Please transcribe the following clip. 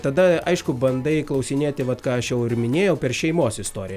tada aišku bandai klausinėti vat ką aš jau ir minėjau per šeimos istoriją